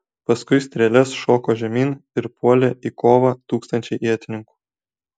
paskui strėles šoko žemyn ir puolė į kovą tūkstančiai ietininkų